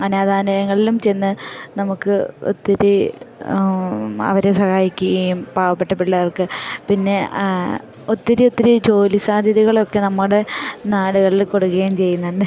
അനാഥാലയങ്ങളിലും ചെന്ന് നമുക്ക് ഒത്തിരി അവരെ സഹായിക്കുകയും പാവപ്പെട്ട പിള്ളേർക്ക് പിന്നെ ഒത്തിരി ഒത്തിരി ജോലി സാധ്യതകളൊക്കെ നമ്മുടെ നാടുകളില് കൊടുക്കുകയും ചെയ്യുന്നുണ്ട്